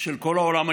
של כל העולם היהודי.